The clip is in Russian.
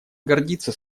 гордиться